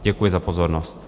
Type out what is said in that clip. Děkuji za pozornost.